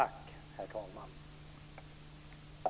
Herr talman!